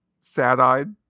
sad-eyed